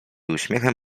uśmiechem